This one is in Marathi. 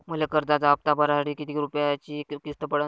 मले कर्जाचा हप्ता भरासाठी किती रूपयाची किस्त पडन?